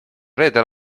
reedel